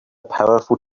powerful